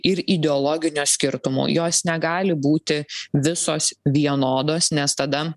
ir ideologinio skirtumų jos negali būti visos vienodos nes tada